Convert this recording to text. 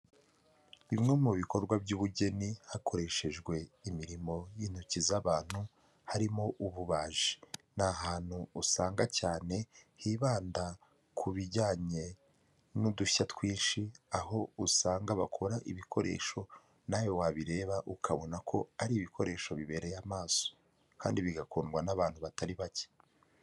Bimwe mu bikorwa by'ubugeni hakoreshejwe imirimo y'intoki z'abantu harimo ububaji; ni ahantu usanga cyane hibanda ku bijyanye n'udushya twinshi; aho usanga bakora ibikoresho na we wabireba ukabona ko ari ibikoresho bibereye amaso kandi bigakundwa n'abantu batari bake.